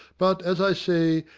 but, as i say,